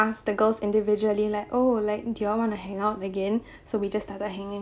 asks the girl's individually like oh like do you all want to hang out again so we just started hanging